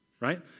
right